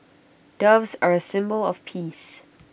doves are A symbol of peace